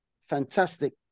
Fantastic